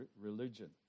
religion